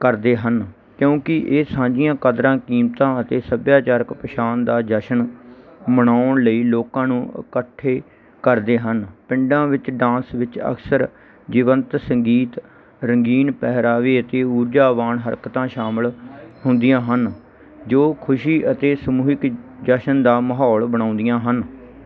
ਕਰਦੇ ਹਨ ਕਿਉਂਕਿ ਇਹ ਸਾਂਝੀਆਂ ਕਦਰਾਂ ਕੀਮਤਾਂ ਅਤੇ ਸੱਭਿਆਚਾਰਕ ਪਛਾਣ ਦਾ ਜਸ਼ਨ ਮਨਾਉਣ ਲਈ ਲੋਕਾਂ ਨੂੰ ਇਕੱਠੇ ਕਰਦੇ ਹਨ ਪਿੰਡਾਂ ਵਿੱਚ ਡਾਂਸ ਵਿੱਚ ਅਕਸਰ ਜੀਵੰਤ ਸੰਗੀਤ ਰੰਗੀਨ ਪਹਿਰਾਵੇ ਅਤੇ ਊਰਜਾਵਾਨ ਹਰਕਤਾਂ ਸ਼ਾਮਿਲ ਹੁੰਦੀਆਂ ਹਨ ਜੋ ਖੁਸੀ ਅਤੇ ਸਮੂਹਿਕ ਜਸ਼ਨ ਦਾ ਮਾਹੌਲ ਬਣਾਉਂਦੀਆਂ ਹਨ